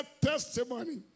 testimony